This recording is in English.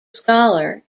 scholar